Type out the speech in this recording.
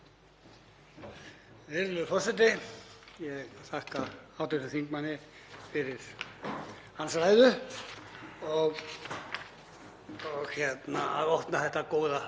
og fyrir að opna þetta góða og stóra pandórubox Samfylkingarinnar að ganga í Evrópusambandið. Jú, það getur vel verið að hann trúi því,